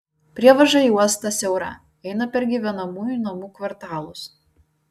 prievaža į uostą siaura eina per gyvenamųjų namų kvartalus